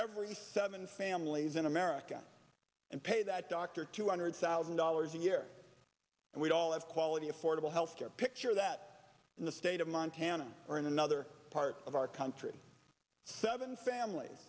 every seven families in america and pay that doctor two hundred thousand dollars a year and we'd all have quality affordable health care picture that in the state of montana or in another part of our country seven famil